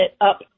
up